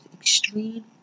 extreme